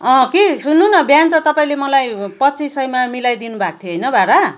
अँ कि सुन्नु न बिहान त तपाईँले मलाई पच्चिस सौमा मिलाइदिनु भएको थियो होइन भाडा